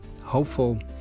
hopeful